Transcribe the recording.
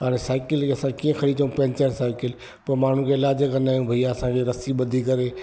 हाणे साईकिल इअ असां कीअं खणी अचऊं पेंचर साईकिल पोइ माण्हुनि खे इलाज कंदा आहियूं भैया असांखे रसी ॿधी करे